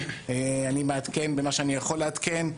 אני מעדכן במה שאני יכול לעדכן.